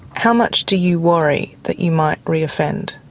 how much do you worry that you might re-offend?